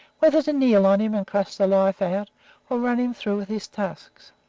whether to kneel on him and crush the life out or run him through with his tusks.